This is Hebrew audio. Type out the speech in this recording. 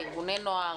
לארגוני נוער,